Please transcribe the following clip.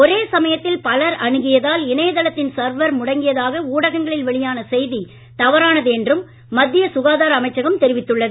ஒரே சமயத்தில் பலர் அஅுகியதால் இணையதளத்தின் சர்வர் முடங்கியதாக ஊடகங்களில் வெளியான செய்தி தவறானது என்றும் மத்திய சுகாதார அமைச்சகம் தெரிவித்துள்ளது